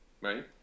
Right